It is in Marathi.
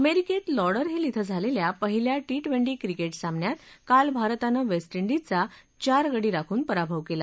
अमेरिकेत लॉडरहिल इथं झालेल्या पहिल्या टी ट्वेंटी क्रिकेट सामन्यात काल भारतानं वेस्ट इंडिजचा चार गडी राखून पराभव केला